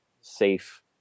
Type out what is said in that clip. safe